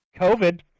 COVID